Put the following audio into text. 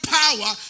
power